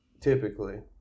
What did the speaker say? typically